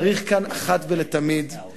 צריך כאן אחת ולתמיד,